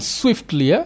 swiftly